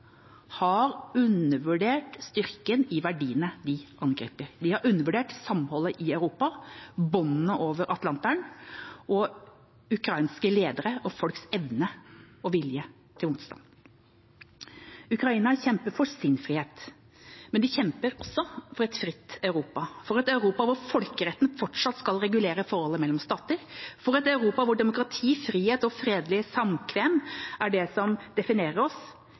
har undervurdert styrken i verdiene de angriper. Det har undervurdert samholdet i Europa, båndene over Atlanteren og ukrainske ledere og folks evne og vilje til motstand. Ukraina kjemper for sin frihet, men de kjemper også for et fritt Europa – for et Europa hvor folkeretten fortsatt skal regulere forholdet mellom stater, for et Europa hvor demokrati, frihet og fredelig samkvem er det som definerer oss,